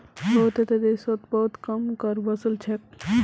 बहुतेते देशोत बहुत कम कर वसूल छेक